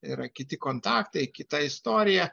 yra kiti kontaktai kita istorija